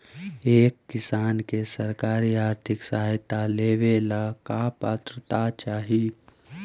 एक किसान के सरकारी आर्थिक सहायता लेवेला का पात्रता चाही?